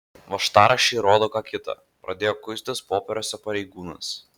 važtaraščiai rodo ką kita pradėjo kuistis popieriuose pareigūnas